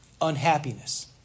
unhappiness